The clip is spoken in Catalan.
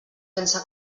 pensa